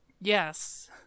Yes